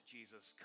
Jesus